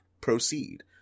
proceed